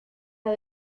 las